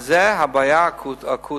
זו הבעיה האקוטית,